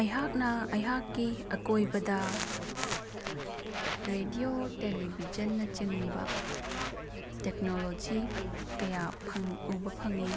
ꯑꯩꯍꯥꯛꯅ ꯑꯩꯍꯥꯛꯀꯤ ꯑꯀꯣꯏꯕꯗ ꯔꯦꯗꯤꯑꯣ ꯇꯦꯂꯤꯚꯤꯖꯟꯅꯆꯤꯡꯕ ꯇꯦꯛꯅꯣꯂꯣꯖꯤ ꯀꯌꯥ ꯎꯕ ꯐꯪꯉꯤ